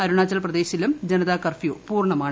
അരുണാചൽ പ്രദേശിലും ജനത കർഫ്യൂ പൂർണ്ണമാണ്